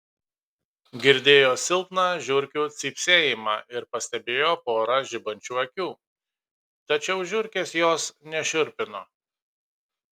girdėjo silpną žiurkių cypsėjimą ir pastebėjo porą žibančių akių tačiau žiurkės jos nešiurpino